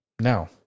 Now